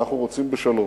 אנחנו רוצים בשלום.